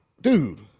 dude